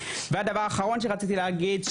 והדבר האחרון שרציתי להגיד,